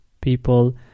people